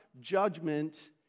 judgment